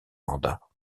mandat